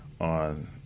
on